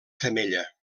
femella